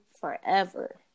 forever